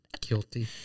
Guilty